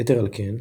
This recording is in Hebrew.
יתר על כן,